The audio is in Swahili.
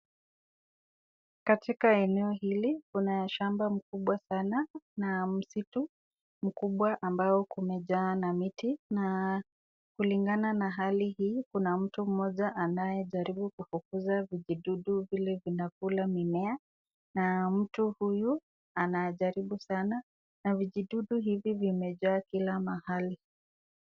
Katika eneo hili kuna shamba mkubwa sana na msitu mkubwa ambao kumejaa na miti na kulingana na hali hii kuna mtu mmoja anayejaribu kufukuza vijidudu vile vinakula mimea na mtu huyu anajaribu sana na vijidudu hivi vimejaa kila mahali.